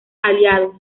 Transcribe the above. aliados